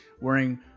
wearing